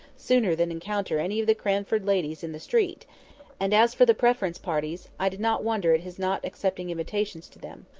sooner than encounter any of the cranford ladies in the street and, as for the preference parties, i did not wonder at his not accepting invitations to them.